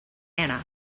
anna